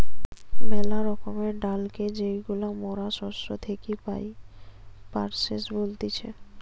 মেলা রকমের ডালকে যেইগুলা মরা শস্য থেকি পাই, পালসেস বলতিছে